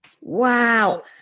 Wow